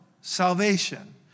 salvation